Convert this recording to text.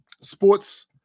sports